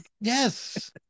Yes